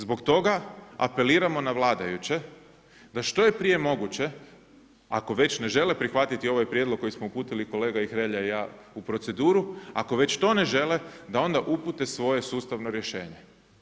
Zbog toga apeliramo na vladajuće da što je prije moguće, ako već ne žele prihvatiti ovaj Prijedlog koji smo uputili kolega Hrelja i ja u proceduru, ako već to ne žele da onda upute svoje sustavno rješenje.